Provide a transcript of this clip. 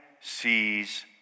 sees